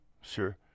Sure